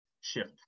shift